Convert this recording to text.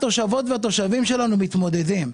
ולראות עם מה התושבות והתושבים שלנו מתמודדים.